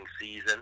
season